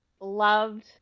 loved